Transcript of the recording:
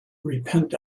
repent